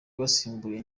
wasimbuye